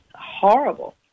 horrible